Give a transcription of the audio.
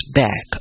back